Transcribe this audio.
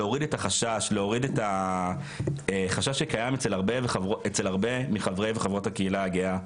להוריד את החשש שקיים אצל הרבה מחברי וחברות הקהילה הגאה,